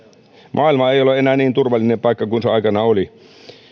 maailma ei ole enää niin turvallinen paikka kuin se aikanaan oli